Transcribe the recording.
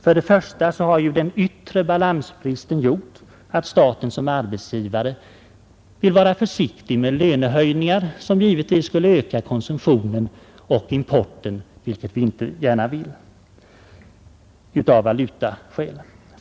För det första har den yttre balansbristen gjort att staten såsom arbetsgivare vill vara försiktig med lönehöjningar, som givetvis skulle öka konsumtion och import, vilket vi inte gärna ser av valutaskäl.